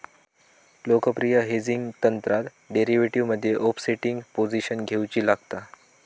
लोकप्रिय हेजिंग तंत्रात डेरीवेटीवमध्ये ओफसेटिंग पोझिशन घेउची लागता